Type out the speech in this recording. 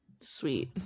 Sweet